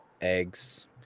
eggs